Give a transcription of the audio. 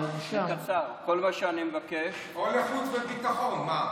כל מה שאני מבקש, או לחוץ וביטחון.